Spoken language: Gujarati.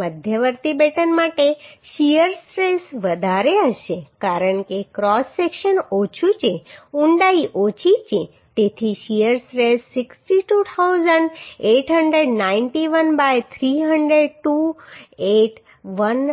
મધ્યવર્તી બેટન માટે શીયર સ્ટ્રેસ વધારે હશે કારણ કે ક્રોસ સેક્શન ઓછું છે ઊંડાઈ ઓછી છે તેથી શીયર સ્ટ્રેસ 62891 બાય 300 ટુ 8